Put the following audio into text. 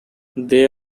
they